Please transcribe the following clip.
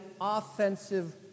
offensive